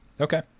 Okay